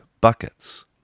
buckets